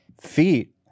Feet